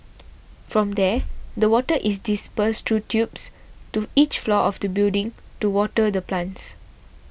from there the water is dispersed through tubes to each floor of the building to water the plants